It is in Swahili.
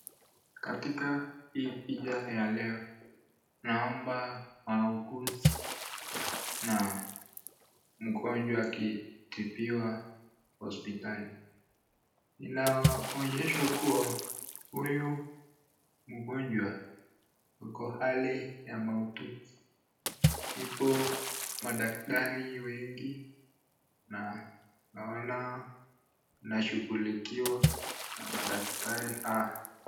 Katika hii picha ya Leo naona wauguzi na mgonjwa akitibiwa hospitali inaonyesha kuwa huyu mgonjwa ako hali ya mahututi hipo madaktari wengi na naona anashughulikiwa na madaktari hao.